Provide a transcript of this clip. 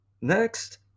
Next